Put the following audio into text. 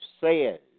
says